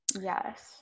Yes